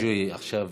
מי שעכשיו